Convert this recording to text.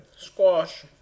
Squash